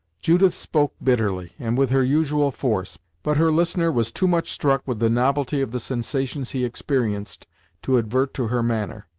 judith spoke bitterly, and with her usual force, but her listener was too much struck with the novelty of the sensations he experienced to advert to her manner.